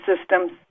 systems